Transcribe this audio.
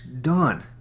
Done